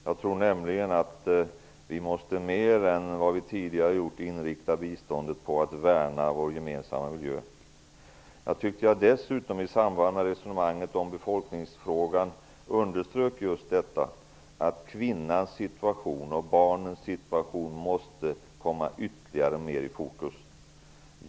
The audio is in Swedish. Jag tror nämligen att vi mer än vad vi tidigare gjort måste inrikta biståndet på att värna vår gemensamma miljö. Jag underströk dessutom i samband med resonemanget om befolkningsfrågan att just kvinnans och barnens situation ytterligare måste komma mer i fokus.